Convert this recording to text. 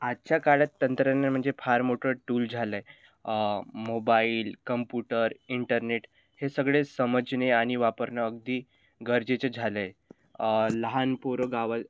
आजच्या काळात तंत्रज्ञान म्हणजे फार मोठं टूल झालं आहे मोबाईल कंपुटर इंटरनेट हे सगळे समजणे आणि वापरणं अगदी गरजेचं झालं आहे लहानपोरं गाव